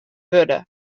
wurde